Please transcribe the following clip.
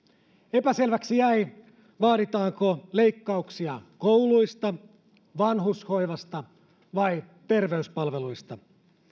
epäselväksi jäi vaaditaanko leikkauksia kouluista vanhushoivasta vai terveyspalveluista